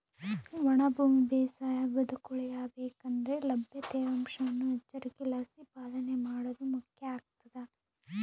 ಒಣ ಭೂಮಿ ಬೇಸಾಯ ಬದುಕುಳಿಯ ಬೇಕಂದ್ರೆ ಲಭ್ಯ ತೇವಾಂಶವನ್ನು ಎಚ್ಚರಿಕೆಲಾಸಿ ಪಾಲನೆ ಮಾಡೋದು ಮುಖ್ಯ ಆಗ್ತದ